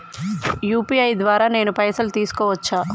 UPI ద్వారా నేను పైసలు తీసుకోవచ్చా?